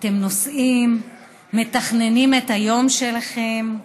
אתם נוסעים, מתכננים את היום שלכם,